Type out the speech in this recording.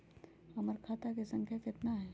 हमर खाता के सांख्या कतना हई?